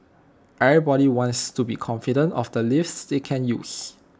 everybody wants to be confident of the lifts that they use